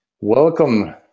welcome